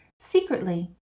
Secretly